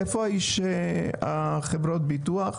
איפה איש חברות הביטוח?